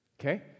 Okay